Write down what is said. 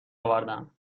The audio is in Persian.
اوردم